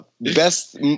Best